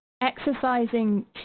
exercising